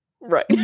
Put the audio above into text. Right